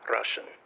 Russian